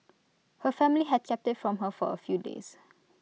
her family had kept IT from her for A few days